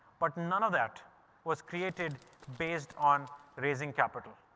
but none of that was created based on raising capital.